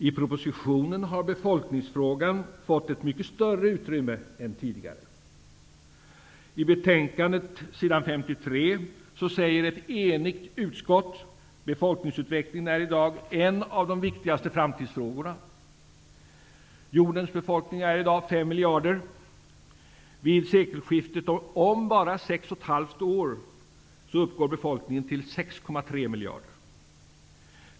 I propositionen har befolkningsfrågan fått ett mycket större utrymme än tidigare. På s. 53 i betänkandet skriver ett enigt utskott följande: ''Befolkningsutvecklingen är i dag en av de viktigaste framtidsfrågorna''. Jordens befolkning är i dag 5 miljarder. Vid sekelskiftet -- om bara sex och ett halvt år -- uppgår befolkningen till 6,3 miljarder.